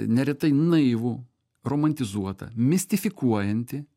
neretai naivų romantizuotą mistifikuojantį